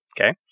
Okay